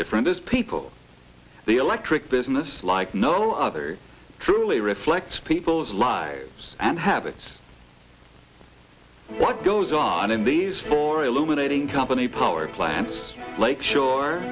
different as people the electric business like no other truly reflects people's lives and habits what goes on in these four illuminating company power plants like sho